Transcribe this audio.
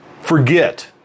forget